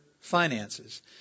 finances